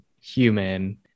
human